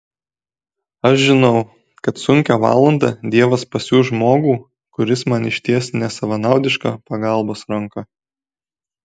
aš žinau kad sunkią valandą dievas pasiųs žmogų kuris man išties nesavanaudišką pagalbos ranką